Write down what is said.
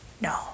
No